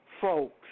Folks